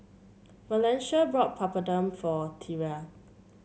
Valencia bought Papadum for Thyra